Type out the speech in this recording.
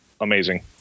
amazing